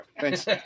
Thanks